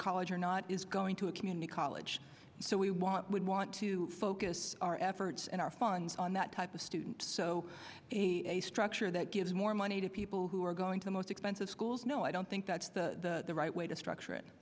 college or not is going to a community college so we want we want to focus our efforts and our funds on that type of student so a structure that gives more money to people who are going to the most expensive schools no i don't think that's the right way to structure it